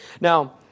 Now